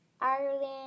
Ireland